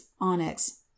onyx